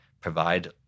provide